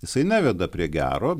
jisai neveda prie gero